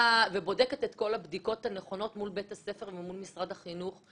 ובודקת את כל הבדיקות הנכונות מול בית הספר או מול משרד החינוך.